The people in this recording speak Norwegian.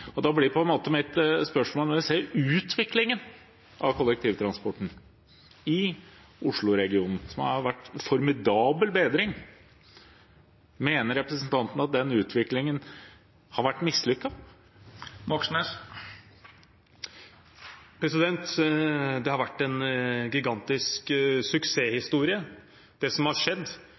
imot. Da blir mitt spørsmål: Når det gjelder utviklingen vi ser av kollektivtransporten i Oslo-regionen, der det har vært en formidabel bedring: Mener representanten at den utviklingen har vært mislykket? Det har vært en gigantisk suksesshistorie, det som har skjedd